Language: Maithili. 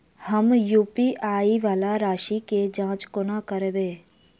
हम यु.पी.आई वला राशि केँ जाँच कोना करबै?